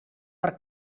per